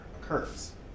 occurs